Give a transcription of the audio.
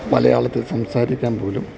മലയാളത്തിൽ സംസാരിക്കാൻ പോലും